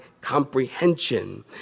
comprehension